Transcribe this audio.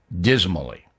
dismally